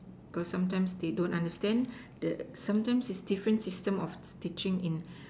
cause sometimes they don't understand the sometimes it's different system of teaching in